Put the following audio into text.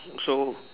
so